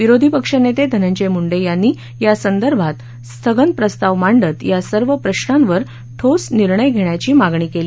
विरोधी पक्षनेते धनंजय मुंडे यांनी यासंदर्भात स्थगन प्रस्ताव मांडत या सर्व प्रश्नावर ठोस निर्णय घेण्याची मागणी केली